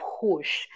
push